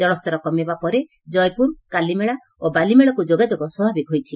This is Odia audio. ଜଳସ୍ତର କମିବା ପରେ ଜୟପୁର କାଲିମେଳା ଓ ବାଲିମେଳାକୁ ଯୋଗାଯୋଗ ସ୍ୱାଭାବିକ ହୋଇଛି